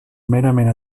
merament